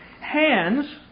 hands